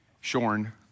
shorn